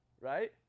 right